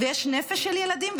ויש נפש של ילדים,